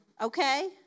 okay